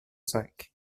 cinq